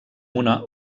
una